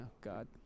God